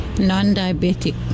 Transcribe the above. Non-diabetic